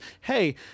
hey